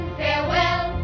farewell